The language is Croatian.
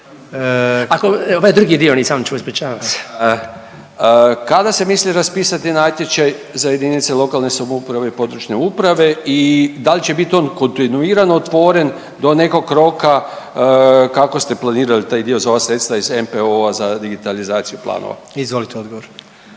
Kada se misli raspisati natječaj za jedinice lokalne samouprave i područne uprave i da li će biti on kontinuirano otvoren do nekog roka? Kako ste planirali taj dio za ova sredstva iz NPOO-a za digitalizaciju planova? **Jandroković,